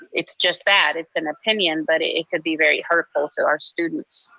it's just that, it's an opinion, but it could be very hurtful to our students.